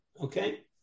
Okay